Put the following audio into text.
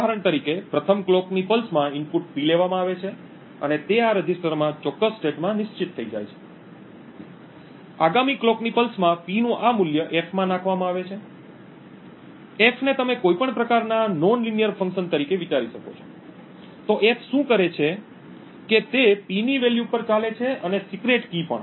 ઉદાહરણ તરીકે પ્રથમ કલોકની પલ્સમાં ઇનપુટ P લેવામાં આવે છે અને તે આ રજિસ્ટરમાં ચોક્કસ સ્ટેટમાં નિશ્ચિત થઈ જાય છે આગામી કલોકની પલ્સમાં P નું આ મૂલ્ય Fમાં નાખવામાં આવે છે F ને તમે કોઈપણ પ્રકારના બિન રેખીય ફંકશન તરીકે વિચારી શકો છો તો F શું કરે છે કે તે P ની વેલ્યુ પર ચાલે છે અને સિક્રેટ કી પણ